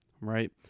right